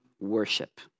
worship